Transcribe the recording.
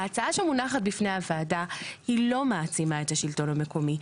ההצעה שמונחת בפני הוועדה היא לא מעצימה את השלטון המקומי.